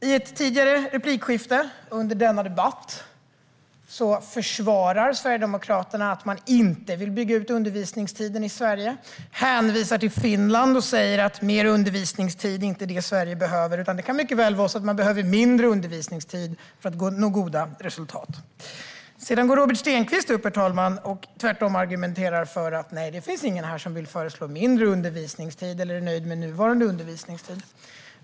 I ett tidigare replikskifte under denna debatt försvarade Sverigedemokraterna att man inte vill bygga ut undervisningstiden i Sverige och hänvisade till Finland och sa att mer undervisningstid inte är det Sverige behöver. I stället kan det vara så att man behöver mindre undervisningstid för att nå goda resultat. Sedan går Robert Stenkvist upp, herr talman, och tvärtom argumenterar för att det inte finns någon här som vill föreslå mindre undervisningstid eller är nöjd med nuvarande undervisningstid.